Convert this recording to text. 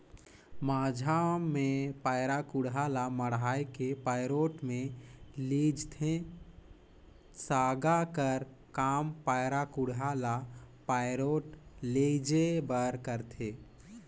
माझा मे पैरा कुढ़ा ल मढ़ाए के पैरोठ मे लेइजथे, सागा कर काम पैरा कुढ़ा ल पैरोठ लेइजे बर करथे